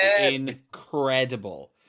incredible